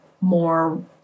more